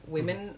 Women